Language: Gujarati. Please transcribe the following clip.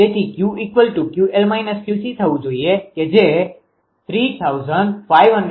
તેથી Q 𝑄𝐿 − 𝑄𝐶 થવુ જોઈએ કે જે 3556